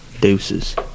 Deuces